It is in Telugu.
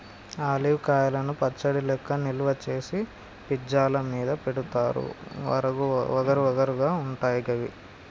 ఆలివ్ కాయలను పచ్చడి లెక్క నిల్వ చేసి పిజ్జా ల మీద పెడుతారు వగరు వగరు గా ఉంటయి గివి